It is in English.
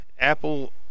Apple